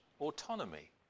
autonomy